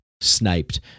sniped